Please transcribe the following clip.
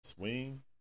Swing